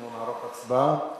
הצבעה.